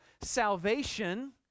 salvation